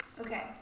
Okay